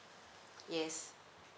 yes